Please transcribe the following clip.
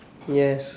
yes